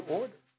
order 。